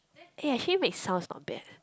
eh actually make sounds not bad eh